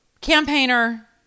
campaigner